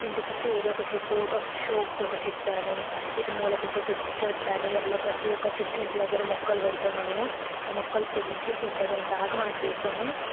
ఇంటి చుట్టూ ఏదో ఒక చెట్టు ఒక షోకు ఒక చెట్టని ఇటు మూలకి ఇంకొక చెట్టు అని అలా ప్రతి ఒక్క చెట్టు ఇంటి దగ్గర మొక్కలు పెడతాము మనము ఆ మొక్కలు పెంచి పెద్దగ అయ్యేదాకా మనం చూస్తాము